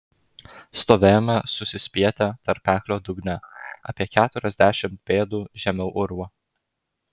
stovėjome susispietę tarpeklio dugne apie keturiasdešimt pėdų žemiau urvo